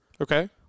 Okay